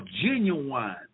genuine